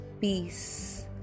peace